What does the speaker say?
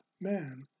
man